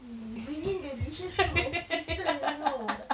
mm bringing the dishes to my sister you know